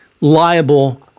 liable